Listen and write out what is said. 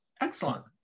Excellent